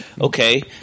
Okay